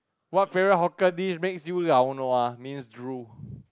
what favorite hawker dish makes you laonua means drool